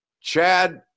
Chad